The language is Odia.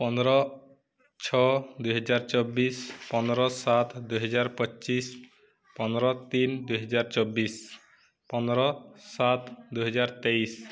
ପନ୍ଦର ଛଅ ଦୁଇହଜାର ଚବିଶ ପନ୍ଦର ସାତ ଦୁଇହଜାର ପଚିଶ ପନ୍ଦର ତିନି ଦୁଇହଜାର ଚବିଶ ପନ୍ଦର ସାତ ଦୁଇହଜାର ତେଇଶ